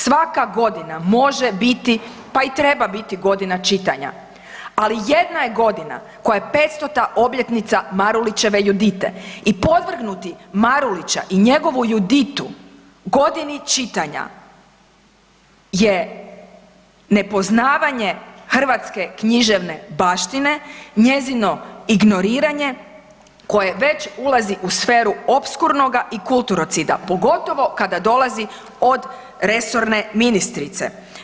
Svaka godina može biti, pa i treba biti godina čitanja, ali jedna je godina koja je 500 obljetnica Marulićeve Judite i podvrgnuti Marulića i njegovu Juditu Godini čitanja je nepoznavanje hrvatske književne baštine, njezino ignoriranje koje već ulazi u sferu opskurnoga i kulturocida, pogotovo kada dolazi od resorne ministrice.